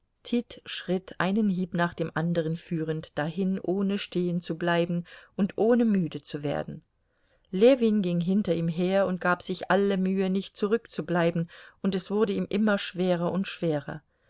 schritt einen hieb nach dem andern führend dahin ohne stehenzubleiben und ohne müde zu werden ljewin ging hinter ihm her und gab sich alle mühe nicht zurückzubleiben und es wurde ihm immer schwerer und schwerer